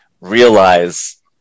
realize